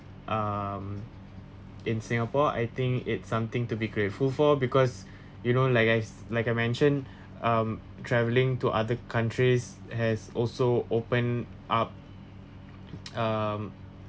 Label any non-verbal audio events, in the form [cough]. um in singapore I think it's something to be grateful for because you know like I like I mention um travelling to other countries has also opened up [noise] um